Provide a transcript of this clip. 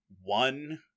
one